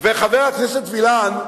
וחבר הכנסת וילן,